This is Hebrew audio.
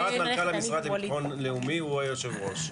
מנכ"ל המשרד לביטחון לאומי הוא היושב-ראש.